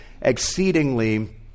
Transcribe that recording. exceedingly